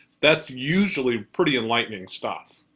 that's usually pretty enlightening stuff.